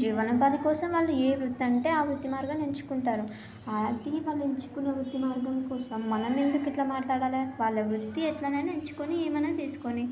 జీవనోపాధి కోసం వాళ్ళు ఏ వృత్తి అంటే ఆ వృత్తి మార్గాన్ని ఎంచుకుంటారు అది వాళ్లు ఎంచుకున్న వృత్తిని మార్గం కోసం మనం ఎందుకు ఇట్లా మాట్లాడాలి వాళ్ళు వృత్తిని ఎట్లనైన ఎంచుకొని ఏమైనా చేసుకొని